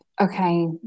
okay